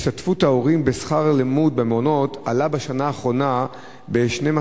השתתפות ההורים בשכר לימוד במעונות עלתה בשנה האחרונה ב-12%.